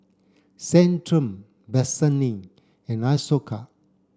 Centrum Vaselin and Isocal